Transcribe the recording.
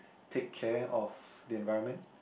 take care of the environment